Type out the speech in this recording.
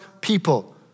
people